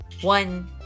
One